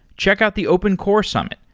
check out the open core summit,